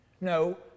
No